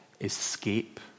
escape